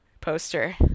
poster